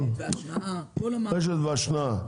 רשת והשנאה.